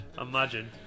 imagine